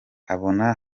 abona